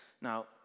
Now